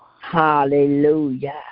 Hallelujah